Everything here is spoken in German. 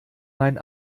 mein